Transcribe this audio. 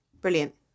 brilliant